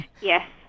Yes